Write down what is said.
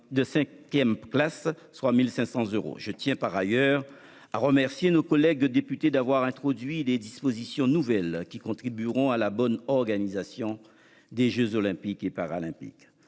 Je tiens à remercier nos collègues députés d'avoir introduit des dispositions nouvelles, qui contribueront à la bonne organisation des jeux Olympiques et Paralympiques.